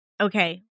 Okay